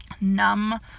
numb